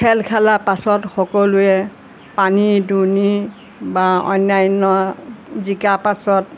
খেল খেলাৰ পাছত সকলোৱে পানী দুনি বা অন্যান্য জিকাৰ পাছত